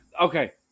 okay